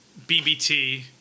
BBT